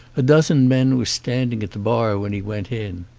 a dozen men were standing at the bar when he went in.